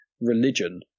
religion